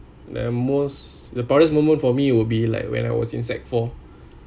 the most the proudest moment for me would be like when I was in sec~ four